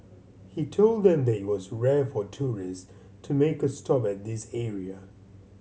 he told them that it was rare for tourists to make a stop at this area